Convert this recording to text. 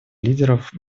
лидеров